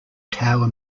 tower